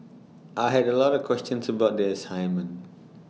I had A lot of questions about the assignment